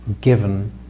given